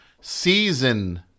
season